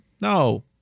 No